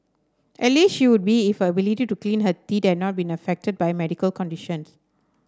at least she would be if her ability to clean her teeth had not been affected by her medical conditions